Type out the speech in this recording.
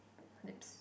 lips